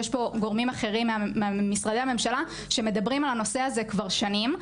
יש פה גורמים אחרים ממשרדי הממשלה שמדברים על הנושא הזה כבר שנים,